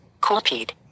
Copied